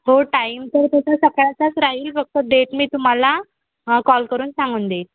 हो टाईम तर त्याचा सकाळचाच राहील फक्त डेट मी तुम्हाला कॉल हा करून सांगून देईल